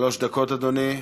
שלוש דקות, אדוני.